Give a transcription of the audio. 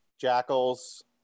Jackals